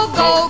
go